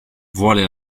vuole